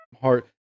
hard